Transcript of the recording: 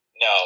No